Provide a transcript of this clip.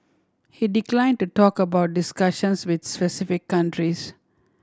he declined to talk about discussions with specific countries